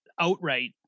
outright